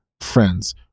friends